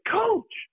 coach